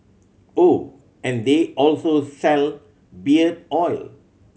oh and they also sell beard oil